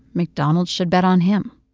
mcdonald's should bet on him.